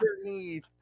underneath